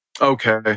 Okay